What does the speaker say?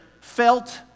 felt